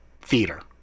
theater